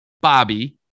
Bobby